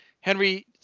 Henry